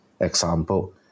Example